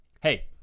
Hey